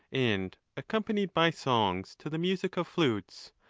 and accompanied by songs to the music of flutes,